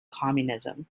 communism